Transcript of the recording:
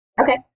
okay